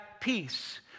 peace